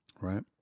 right